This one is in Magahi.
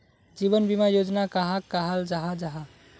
जीवन बीमा योजना कहाक कहाल जाहा जाहा?